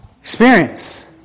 Experience